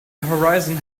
horizon